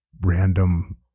random